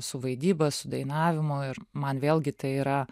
su vaidyba su dainavimu ir man vėlgi tai yra